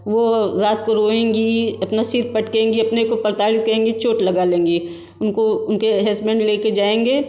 वो रात को रोएंगी अपना सिर पटकेंगी अपने को प्रताड़ित करेंगी चोंट लगा लेंगे उनको उनके हस्बैंड ले कर जाएँगे